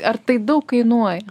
ar tai daug kainuoja